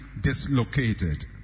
dislocated